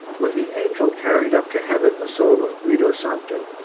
when the angel carried up to heaven the soul of guido santo,